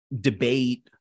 debate